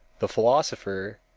the philosopher,